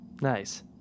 Nice